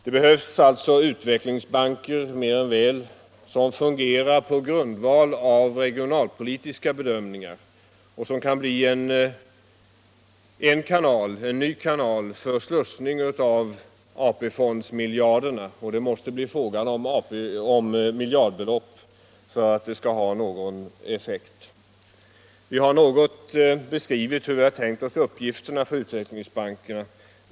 Det behövs alltså mer än väl utvecklingsbanker som fungerar på grundval av regionalpolitiska bedömningar och som kan bli en ny kanal för slussning av AP-fondsmiljarderna. Det måste bli fråga om miljardbelopp för att det skall ha någon effekt. Vi har något beskrivit hur vi tänkt oss uppgifterna för utvecklingsbankerna.